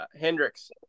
Hendricks